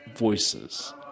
Voices